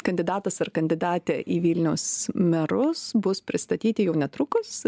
kandidatas ar kandidatė į vilniaus merus bus pristatyti jau netrukus